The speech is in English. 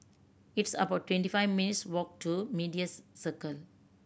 it's about twenty five minutes' walk to Medias Circle